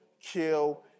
kill